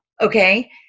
okay